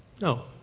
No